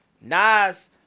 Nas